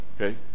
Okay